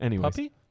Puppy